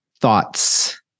thoughts